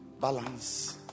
balance